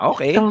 Okay